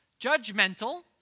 judgmental